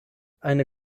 eine